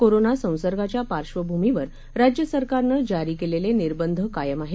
corona संसर्गाच्या पार्श्वभूमीवर राज्य सरकारनं जारी केलेले निर्बंध कायम आहेत